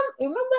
remember